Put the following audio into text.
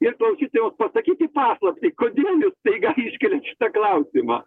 ir klausytojams pasakyti paslaptį kodėl jūs staiga iškeliat šitą klausimą